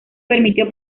permitió